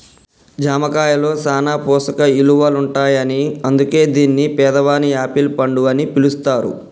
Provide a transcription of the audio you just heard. జామ కాయలో సాన పోషక ఇలువలుంటాయని అందుకే దీన్ని పేదవాని యాపిల్ పండు అని పిలుస్తారు